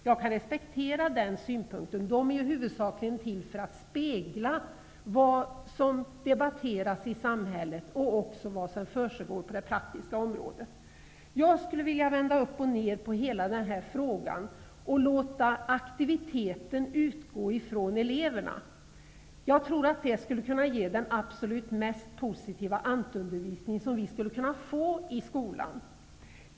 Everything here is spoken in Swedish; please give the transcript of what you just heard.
Jag kan respektera den synpunkten. Massmedia är i huvudsak till för att spegla vad som debatteras i samhället och vad som försiggår på det praktiska området. Jag skulle vilja vända upp och ned på hela denna fråga och låta aktiviteten utgå från eleverna. Jag tror att det skulle kunna ge den absolut mest positiva ANT-undervisning som vi kan få i skolan.